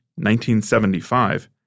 1975